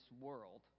world